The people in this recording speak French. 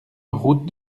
route